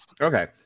Okay